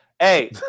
Hey